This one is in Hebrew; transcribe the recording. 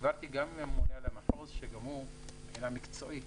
דיברתי גם עם הממונה על המחוז וגם הוא מבחינה מקצועית